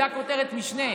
זו כותרת המשנה.